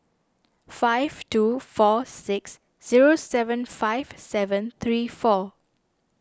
five two four six zero seven five seven three four